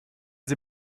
sie